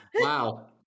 Wow